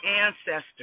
ancestors